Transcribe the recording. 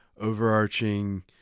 overarching